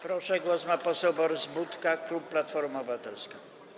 Proszę, głos ma poseł Borys Budka, klub Platforma Obywatelska.